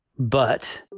but